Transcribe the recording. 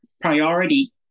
priority